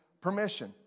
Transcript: permission